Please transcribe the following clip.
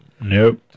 Nope